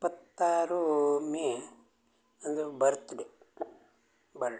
ಇಪ್ಪತ್ತಾರು ಮೇ ನಂದು birthday birthday